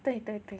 对对对